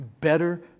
Better